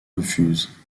refuse